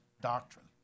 doctrine